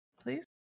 Please